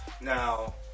now